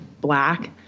black